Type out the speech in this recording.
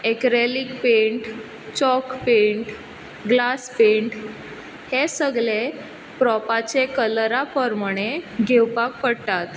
acrylic paint chalk paint glass paint हे सगले प्रोपाचे कलरा पोरमाणें घेवपाक पडटात